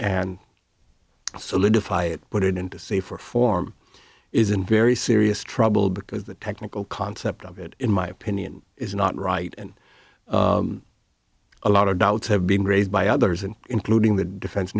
and solidify it put it into safer form is in very serious trouble because the technical concept of it in my opinion is not right and a lot of dollars have been raised by others and including the defense